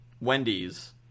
Wendy's